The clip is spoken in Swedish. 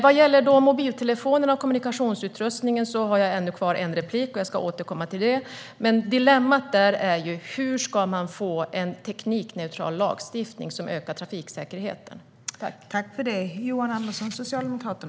Vad gäller mobiltelefonerna och kommunikationsutrustningen har jag ännu kvar en replik, och jag återkommer till de frågorna. Dilemmat är hur vi ska få fram en teknikneutral lagstiftning som ökar trafiksäkerheten.